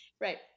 Right